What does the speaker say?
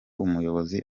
umuyobozi